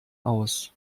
aus